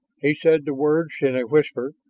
he said the words in a whisper,